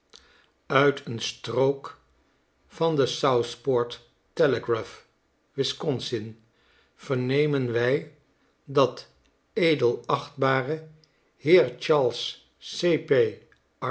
uit een strook van the southport telegraph wisconsin vernemen wij dat de edelachtb heer charles